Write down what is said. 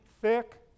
thick